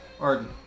Arden